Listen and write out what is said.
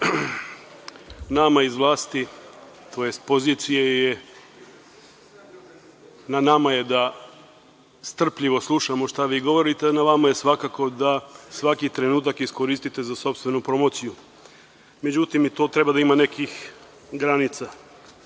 nama iz vlasti, tj. pozicije je da strpljivo slušamo šta vi govorite, a na vama je svakako da svaki trenutak iskoristite za sopstvenu promociju. Međutim, i to treba da ima nekih granica,